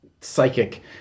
psychic